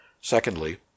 secondly